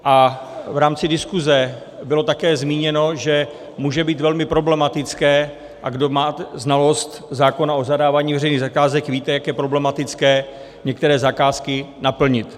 V rámci diskuze bylo také zmíněno, že může být velmi problematické a kdo má znalost zákona o zadávání veřejných zakázek, víte, jak je problematické některé zakázky naplnit.